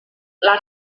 les